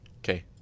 Okay